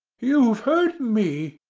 you've hurt me!